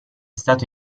stato